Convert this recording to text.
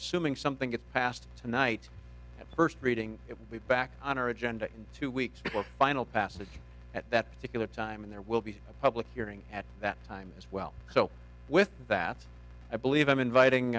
assuming something gets passed tonight at first reading it will be back on our agenda in two weeks for final passage at that particular time and there will be a public hearing at that time as well so with that i believe i'm inviting